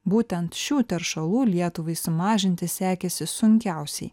būtent šių teršalų lietuvai sumažinti sekėsi sunkiausiai